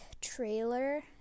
trailer